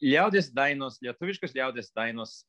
liaudies dainos lietuviškos liaudies dainos